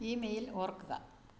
email ഓർക്കുക